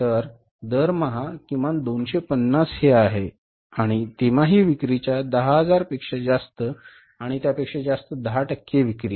तर दरमहा किमान 250 हे आहे आणि तिमाही विक्रीच्या 10000 पेक्षा जास्त आणि त्यापेक्षा जास्त 10 टक्के विक्री